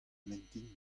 mintin